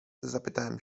zapytałem